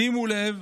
שימו לב